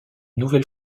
nouvelle